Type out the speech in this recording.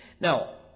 Now